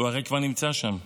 הוא הרי כבר נמצא שם.